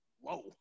whoa